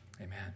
Amen